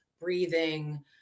breathing